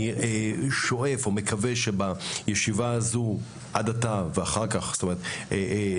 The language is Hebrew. אני מקווה שבישיבה הזו עד עתה ואחר כך נברר